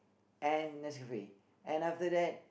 and Nescafe and after that